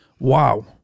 Wow